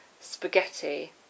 spaghetti